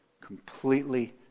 completely